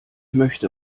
möchte